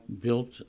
built